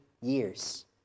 years